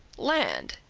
land,